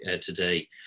today